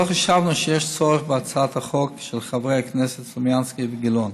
לא חשבנו שיש צורך בהצעת החוק של חברי הכנסת סלומינסקי וגילאון,